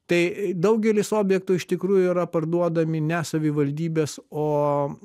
tai daugelis objektų iš tikrųjų yra parduodami ne savivaldybės o